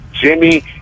Jimmy